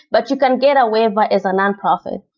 but you can get a waiver as a nonprofit,